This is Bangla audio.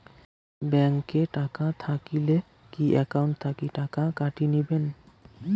ব্যাংক এ টাকা থাকিলে কি একাউন্ট থাকি টাকা কাটি নিবেন?